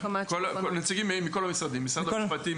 נציגים מכל המשרדים: משרד המשפטים,